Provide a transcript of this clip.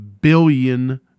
billion